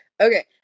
okay